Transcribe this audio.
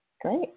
Great